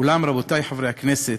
אולם, רבותי חברי הכנסת,